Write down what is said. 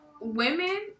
Women